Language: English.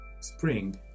spring